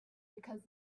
because